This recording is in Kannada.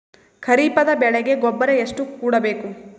ಖರೀಪದ ಬೆಳೆಗೆ ಗೊಬ್ಬರ ಎಷ್ಟು ಕೂಡಬೇಕು?